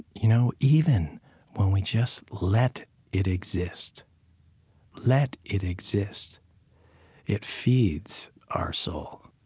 you know even when we just let it exist let it exist it feeds our soul